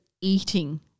eating